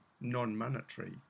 non-monetary